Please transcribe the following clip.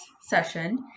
session